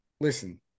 Listen